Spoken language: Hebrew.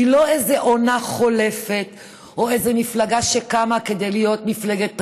היא לא איזה עונה חולפת או איזה מפלגה שקמה כדי להיות מפלגת טרנד.